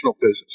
business